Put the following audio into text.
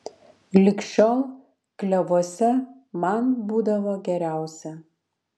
lig šiol klevuose man būdavo geriausia